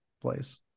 place